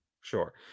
sure